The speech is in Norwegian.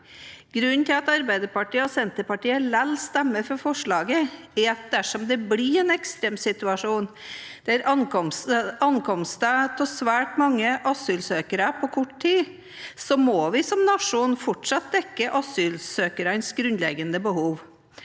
Grunnen til at Arbeiderpartiet og Senterpartiet allikevel stemmer for forslaget, er at dersom det blir en ekstremsituasjon med ankomst av svært mange asylsøkere på kort tid, må vi som nasjon fortsatt dekke asylsøkernes grunnleggende behov.